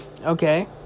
Okay